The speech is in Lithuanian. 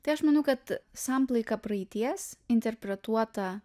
tai aš manau kad samplaika praeities interpretuota